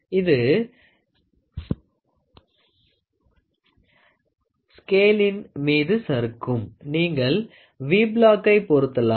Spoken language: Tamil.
இது ஸ்க்கேளின் மீது சருக்கும் நீங்கள் வி பிளாக்கை பொருத்தலாம்